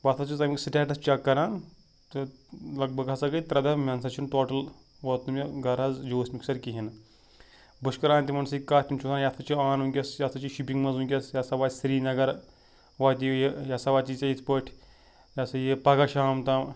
بہٕ ہَسا چھُس تَمیُک سِٹیٹَس چیٚک کَران تہٕ لگ بگ ہَسا گٔے ترٛےٚ دہ مےٚ نہ سا چھُنہٕ ٹوٹَل ووت نہٕ مےٚ گَرٕ حظ جوٗس مِکسَر کِہیٖنۍ نہٕ بہٕ چھُس کَران تِمَن سۭتۍ کَتھ تِم چھِ وَنان یَتھ سا چھِ آن وٕنکٮ۪س یہِ ہَسا چھِ شِپِنٛگ منٛز وٕنکٮ۪س یہِ ہَسا واتہِ سریٖنگر واتہِ یہِ یہِ ہَسا واتی ژےٚ یِتھ پٲٹھۍ یہِ ہَسا یہِ پَگاہ شام تام